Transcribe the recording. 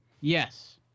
Yes